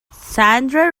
sandra